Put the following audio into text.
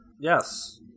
Yes